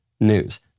news